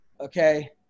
Okay